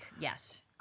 yes